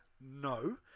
No